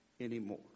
anymore